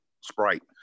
Sprite